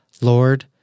Lord